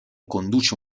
conduce